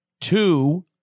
Two